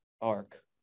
arc